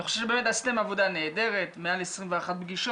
אני חושב באמת שעשיתם עבודה נהדרת, מעל 21 פגישות,